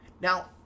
Now